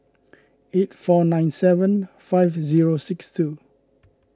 eight four nine seven five zero six two